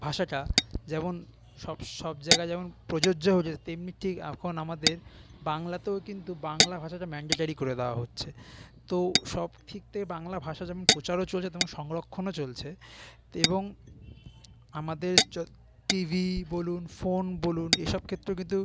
ভাষাটা যেমন সব সব জায়গায় যেমন প্রযোজ্য হয়েছে তেমনি ঠিক এখন আমাদের বাংলাতেও কিন্তু বাংলা ভাষাটা ম্যান্ডেটরি করে দেওয়া হচ্ছে তো সব ঠিক তার বাংলা ভাষা যেমন প্রচারও চলছে তেমন সংরক্ষণও চলছে তা এবং আমাদের টিভি বলুন ফোন বলুন এই সব ক্ষেত্রেও কিন্তু